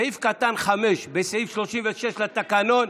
סעיף קטן (5) בסעיף 36 לתקנון,